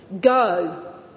Go